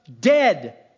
dead